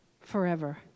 forever